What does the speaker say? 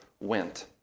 went